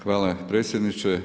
Hvala predsjedniče.